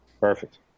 Perfect